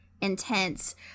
intense